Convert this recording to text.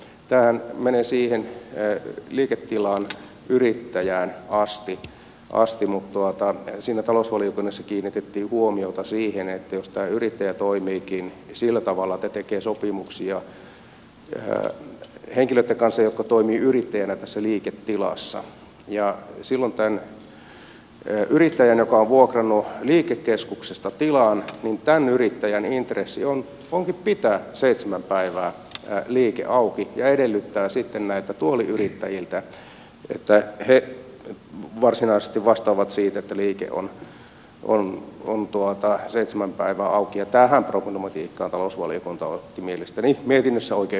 tämähän menee siihen liiketilan yrittäjään asti mutta talousvaliokunnassa kiinnitettiin huomiota siihen että jos tämä yrittäjä toimiikin sillä tavalla että tekee sopimuksia henkilöitten kanssa jotka toimivat yrittäjinä tässä liiketilassa silloin tämän yrittäjän joka on vuokrannut liikekeskuksesta tilan intressi onkin pitää seitsemän päivää liike auki ja hän edellyttää sitten näiltä tuoliyrittäjiltä että he varsinaisesti vastaavat siitä että liike on seitsemän päivää auki ja tähän problematiikkaan talousvaliokunta otti mielestäni mietinnössä oikein hyvin kantaa